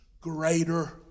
greater